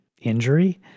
injury